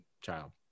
child